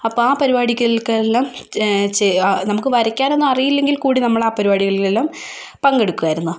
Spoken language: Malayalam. അപ്പോൾ ആ പരിപാടികൾക്കെല്ലാം നമുക്ക് വരയ്ക്കാൻ ഒന്നും അറിയില്ലെങ്കിൽ കൂടി നമ്മൾ ആ പരിപാടികളില്ലെല്ലാം പങ്കെടുക്കുമായിരുന്നു